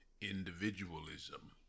individualism